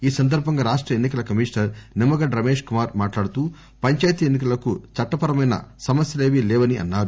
ఈ సందర్బంగా రాష్ట ఎన్నికల కమిషనర్ నిమ్మగడ్డ రమేశ్ కుమార్ మాట్లాడుతూ పంచాయతీ ఎన్సి కలకు చట్టపరమైన సమస్యలేవీ లేవని అన్నారు